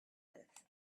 with